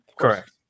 correct